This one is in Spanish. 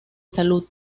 salud